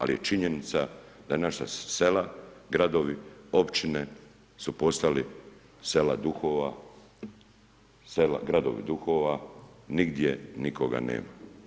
Ali je činjenica da naša sela, gradovi, općine su postali sela duhova, sela, gradovi duhova, nigdje nikoga nema.